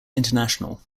international